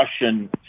Russian